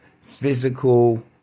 physical